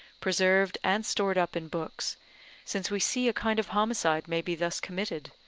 preserved and stored up in books since we see a kind of homicide may be thus committed,